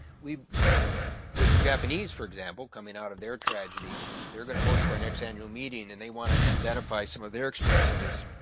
with the japanese for example coming out of their tragedy they're gonna host our next annual meeting and they wanna and identify some of their experience with this.